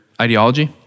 ideology